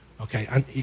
Okay